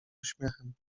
uśmiechem